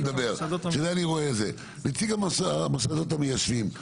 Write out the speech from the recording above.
נציג המוסדות המיישבים,